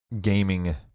gaming